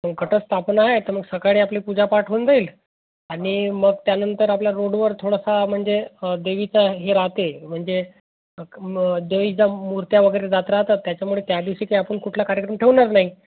मग घटस्थापना आहे तर मग सकाळी आपली पूजा पाठ होऊन जाईल आणि मग त्यानंतर आपल्या रोडवर थोडासा म्हणजे देवीचा हे राहते म्हणजे मग देवीचा मूर्त्या वगैरे जात राहतात त्याच्यामुळे त्या दिवशी काही आपण कुठला कार्यक्रम ठेवणार नाही